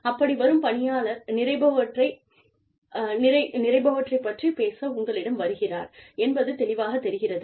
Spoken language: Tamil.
அப்படி வரும் பணியாளர் நிறைபவற்றைப் பற்றிப் பேச உங்களிடம் வருகிறார் என்பது தெளிவாக தெரிகிறது